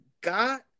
got